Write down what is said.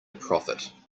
profit